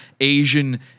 Asian